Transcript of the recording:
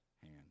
hands